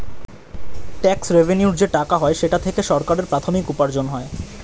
tax রেভেন্যুর যে টাকা হয় সেটা থেকে সরকারের প্রাথমিক উপার্জন হয়